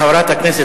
חברת הכנסת,